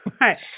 right